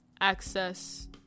access